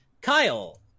kyle